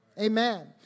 Amen